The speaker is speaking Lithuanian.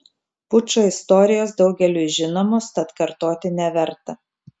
pučo istorijos daugeliui žinomos tad kartoti neverta